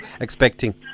expecting